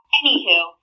Anywho